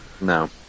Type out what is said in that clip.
No